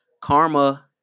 karma